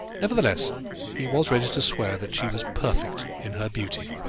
nevertheless he was ready to swear that she was perfect in her beauty.